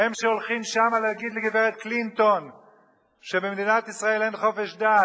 הם שהולכים שמה להגיד לגברת קלינטון שבמדינת ישראל אין חופש דת.